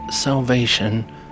salvation